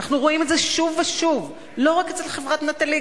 אנחנו רואים את זה שוב ושוב לא רק אצל חברת "נטלי",